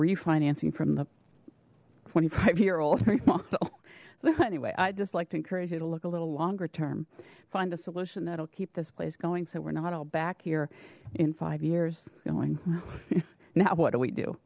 refinancing from the twenty five year old model well anyway i'd just like to encourage you to look a little longer term find a solution that'll keep this place going so we're not all back here in five years going now what do we do